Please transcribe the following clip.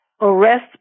arrest